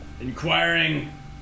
inquiring